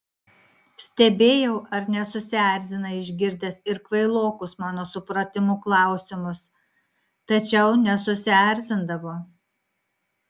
stebėjau ar nesusierzina išgirdęs ir kvailokus mano supratimu klausimus tačiau nesusierzindavo